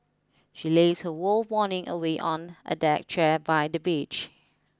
she lazed her whole morning away on a deck chair by the beach